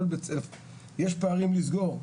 יש פערים לסגור,